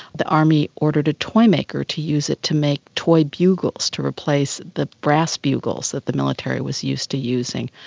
the army ordered a toymaker to use it to make toy bugles to replace the brass bugles that the military was used to using.